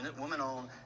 women-owned